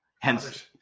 Hence